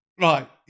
Right